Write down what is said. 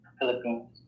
Philippines